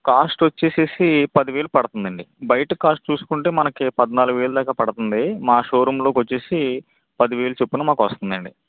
cost వచ్చేసేసి పదివేలు పడుతుందండి బయట కాస్ట్ చూసుకుంటే మనకి పద్నాలుగు వేలు పడుతుంది మా షోరూంలోకి వచ్చేసి పదివేలు చొప్పున మాకు వస్తుందండి